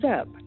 up